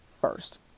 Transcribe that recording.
first